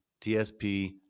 TSP